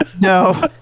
No